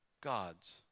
God's